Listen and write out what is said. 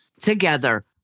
Together